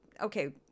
Okay